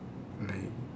like